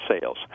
sales